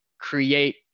create